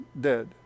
dead